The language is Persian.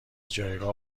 جایگاه